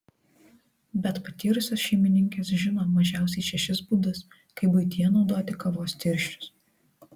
bet patyrusios šeimininkės žino mažiausiai šešis būdus kaip buityje naudoti kavos tirščius